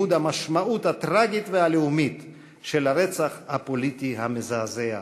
חלק מעיבוד המשמעות הטרגית והלאומית של הרצח הפוליטי המזעזע הזה.